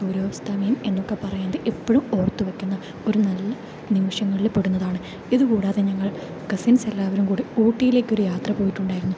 സൂര്യോസ്തമയം എന്നൊക്കെ പറയുന്നത് ഇപ്പഴും ഓർത്തു വെക്കുന്ന ഒരു നല്ല നിമിഷങ്ങളിൽ പെടുന്നതാണ് ഇതു കൂടാതെ ഞങ്ങൾ കസിൻസ് എല്ലാവരും കൂടെ ഊട്ടിയിലേക്ക് ഒരു യാത്ര പോയിട്ടുണ്ടായിരുന്നു